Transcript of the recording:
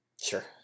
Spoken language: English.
sure